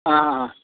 ಆಂ ಹಾಂ ಹಾಂ